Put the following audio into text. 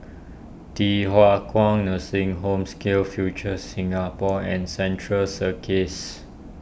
Thye Hua Kwan Nursing Home SkillsFuture Singapore and Central Circus